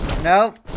Nope